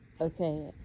Okay